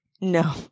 No